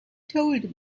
told